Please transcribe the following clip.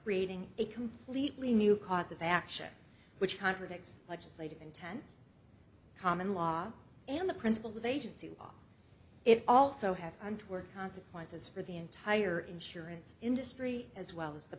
creating a completely new cause of action which contradicts legislative intent common law and the principles of agency law it also has on to work consequences for the entire insurance industry as well as the